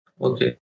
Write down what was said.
Okay